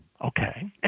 okay